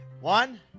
One